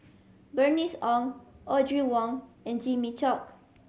Bernice Ong Audrey Wong and Jimmy Chok